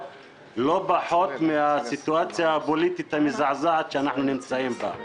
לא פחות מהסיטואציה הפוליטית המזעזעת שאנחנו נמצאים בה.